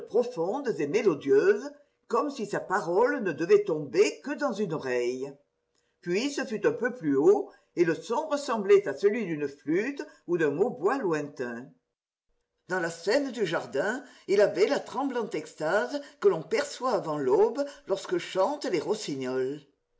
profondes et mélodieuses comme si sa parole ne devait tomber que dans une oreille puis ce fut un peu plus haut et le son ressemblait à celui d'une flûte ou d'un hautbois lointain dans la scène du jardin il avait la tremblante extase que l'on perçoit avant l'aube lorsque chantent les rossignols